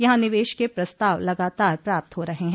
यहां निवेश के प्रस्ताव लगातार प्राप्त हो रहे हैं